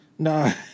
No